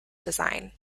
design